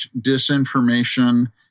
disinformation